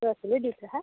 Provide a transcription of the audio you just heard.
পৰহিলৈ দিছেহে